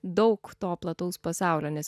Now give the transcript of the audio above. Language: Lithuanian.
daug to plataus pasaulio nes